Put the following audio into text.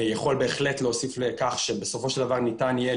יכול בהחלט להוסיף לכך שבסופו של דבר ניתן יהיה